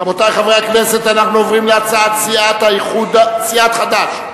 רבותי חברי הכנסת, אנחנו עוברים להצעת סיעת חד"ש.